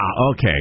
okay